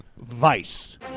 Vice